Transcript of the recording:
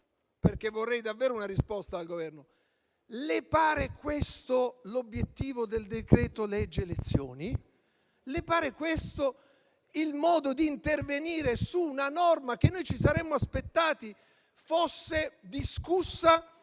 perché vorrei davvero una risposta dal Governo: le pare questo l'obiettivo del decreto-legge elezioni? Le pare questo il modo di intervenire su una norma che noi ci saremmo aspettati fosse discussa